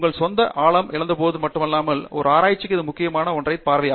உங்கள் சொந்த ஆழம் இழந்துபோனது மட்டுமல்லாமல் ஒரு ஆராய்ச்சிக்கு இது முக்கியம் ஒற்றை ஒரு பார்வை